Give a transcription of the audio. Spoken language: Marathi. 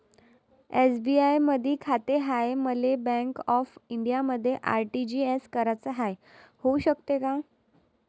एस.बी.आय मधी खाते हाय, मले बँक ऑफ इंडियामध्ये आर.टी.जी.एस कराच हाय, होऊ शकते का?